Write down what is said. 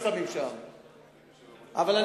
בסדר, הבנתי.